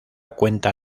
cuenta